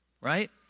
Right